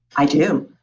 i do.